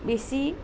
বেছি